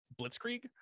blitzkrieg